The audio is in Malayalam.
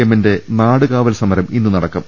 എമ്മിന്റെ നാട്കാവൽ സമരം ഇന്ന് നടക്കും